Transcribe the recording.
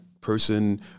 person